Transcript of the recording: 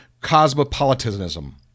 cosmopolitanism